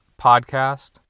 podcast